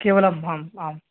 केवलम् आम् आम्